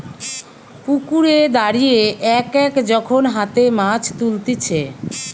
পুকুরে দাঁড়িয়ে এক এক যখন হাতে মাছ তুলতিছে